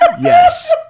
Yes